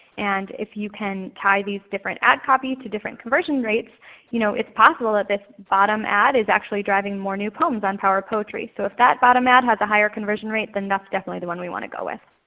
and if you can tie these different ad copies to different conversion rates you know it's possible that ah this bottom ad is actually driving more new poems on power poetry. so if that bottom ad has a higher conversion rate then that's definitely the one we want to go with.